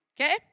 okay